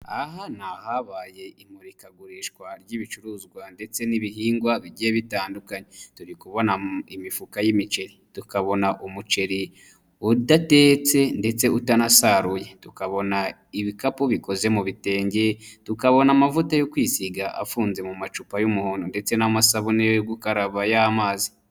Aha ni ahabaye imurikagurishwa ry'ibicuruzwa ndetse n'ibihingwa bigiye bitandukanye turi kubona imifuka y'imiceri, tukabona umuceri udatetse ndetse utanasaruye, tukabona ibikapu bikoze mu bitenge, tukabona amavuta yo kwisiga afunze mu macupa y'umuhondo ndetse n'amasabune yo gukaraba y'amazi.